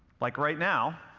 like right now,